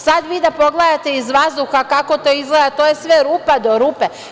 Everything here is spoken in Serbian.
Sad vi da pogledate iz vazduha kako to izgleda, to je sve rupa do rupe.